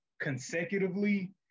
consecutively –